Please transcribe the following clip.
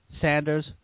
Sanders